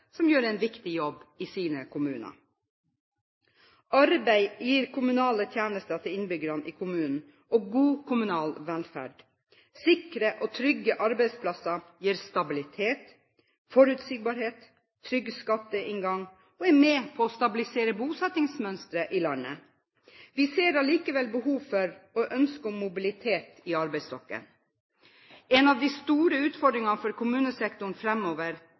som gjør en viktig jobb i sine kommuner. Arbeid gir kommunale tjenester til innbyggerne i kommunen og god kommunal velferd. Sikre og trygge arbeidsplasser gir stabilitet, forutsigbarhet, trygg skatteinngang og er med på å stabilisere bosettingsmønsteret i landet. Vi ser likevel behov for og ønske om mobilitet i arbeidsstokken. En av de store utfordringene for kommunesektoren fremover